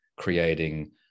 creating